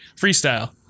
freestyle